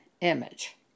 image